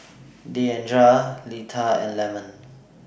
Deandra Leitha and Lemon